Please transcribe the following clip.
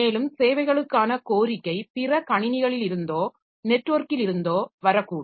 மேலும் சேவைகளுக்கான கோரிக்கை பிற கணினிகளிலிருந்தோ நெட்ஒர்க்கிலிருந்தோ வரக்கூடும்